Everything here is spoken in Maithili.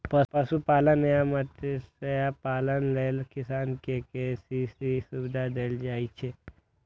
पशुपालन आ मत्स्यपालन लेल किसान कें के.सी.सी सुविधा देल जाइ छै